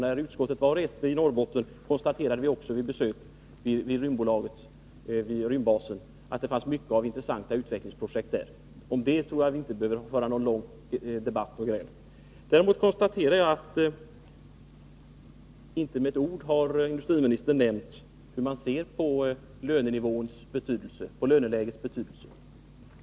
När utskottet reste i Norrbotten konstaterade vi också vid besök vid rymdbasen att det fanns många intressanta utvecklingsprojekt där. Om det tror jag inte vi behöver gräla eller föra någon lång debatt. Däremot konstaterade jag att industriministern inte med ett ord har nämnt hur man ser på lönelägets betydelse.